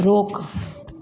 रोकु